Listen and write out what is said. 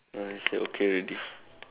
I see okay already